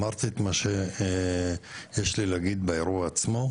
אמרתי את מה שיש לי להגיד באירוע עצמו.